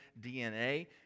DNA